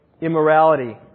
immorality